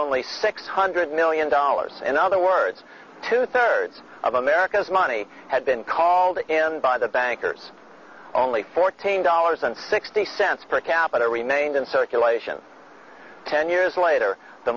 only six hundred million dollars in other words two thirds of america's money had been called in by the bankers only fourteen dollars and sixty cents per capita remained in circulation ten years later the